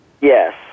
yes